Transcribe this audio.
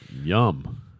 Yum